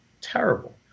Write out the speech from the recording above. Terrible